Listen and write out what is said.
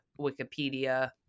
Wikipedia